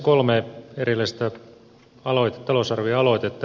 kolme erillistä talousarvioaloitetta